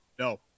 No